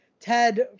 Ted